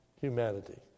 humanity